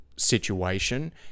situation